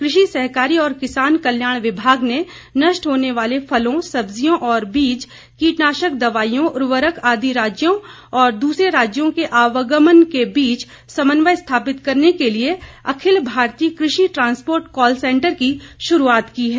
कृषि सहकारी और किसान कल्याण विभाग ने नष्ट होने वाले फलों सब्जियों और बीज कीटनाशक दवाइयों उर्वरक आदि राज्यों और दूसरे राज्यों के आवागमन के बीच समन्वय स्थापित करने के लिए अखिल भारतीय कृषि ट्रांस्पोर्ट कॉल सेंटर की शुरूआत की है